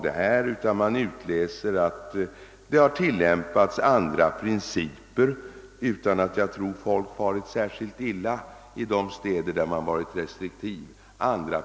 Det har helt enkelt tillämpats helt andra principer än i Stockholm utan att folk har farit särskilt illa i de städer där man varit restriktiv.